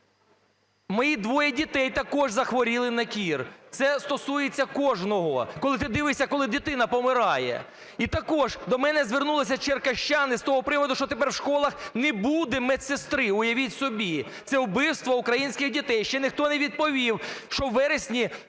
Мої двоє дітей також захворіли на кір. Це стосується кожного, коли ти дивишся, коли дитина помирає! І також до мене звернулися черкащани з того приводу, що тепер у школах не буде медсестри. Уявіть собі! Це – вбивство українських дітей! Ще ніхто не відповів, що у вересні